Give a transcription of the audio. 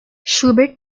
schubert